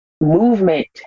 movement